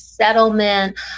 settlement